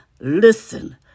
listen